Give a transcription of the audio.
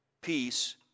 peace